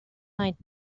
night